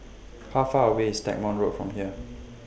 How Far away IS Stagmont Road from here